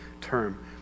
term